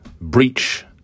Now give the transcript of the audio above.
breach